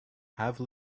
have